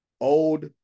Old